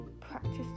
practice